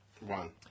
One